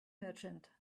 merchant